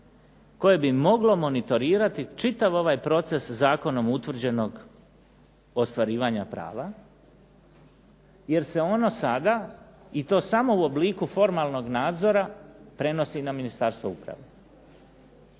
koje bi moglo monitorirati čitav ovaj proces zakonom utvrđenog ostvarivanja prava, jer se ono sada i to samo u obliku formalnog nadzora prenosi na Ministarstvo uprave.